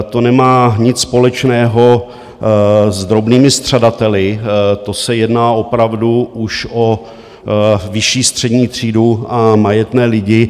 To nemá nic společného s drobnými střadateli, to se jedná opravdu už o vyšší střední třídu a majetné lidi.